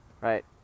right